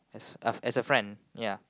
as a as a friend ya